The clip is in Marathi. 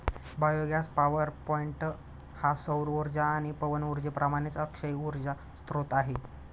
बायोगॅस पॉवरपॉईंट हा सौर उर्जा आणि पवन उर्जेप्रमाणेच अक्षय उर्जा स्त्रोत आहे